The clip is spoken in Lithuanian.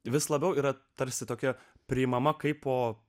vis labiau yra tarsi tokia priimama kaip po